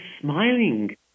smiling